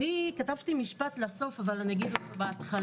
אני כתבתי משפט לסוף, אבל אני אגיד אותו בהתחלה.